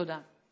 תודה.